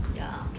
ya